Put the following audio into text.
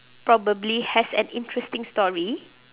probably has an interesting story